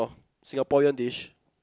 Singaporean dish